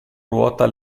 ruota